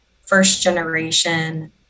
first-generation